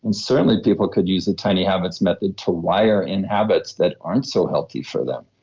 and certainly, people could use a tiny habits method to wire in habits that aren't so healthy for them.